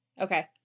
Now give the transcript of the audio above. Okay